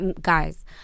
Guys